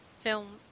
film